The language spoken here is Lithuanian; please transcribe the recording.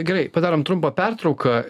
gerai padarom trumpą pertrauką